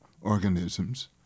organisms